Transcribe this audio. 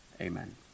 Amen